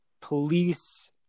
police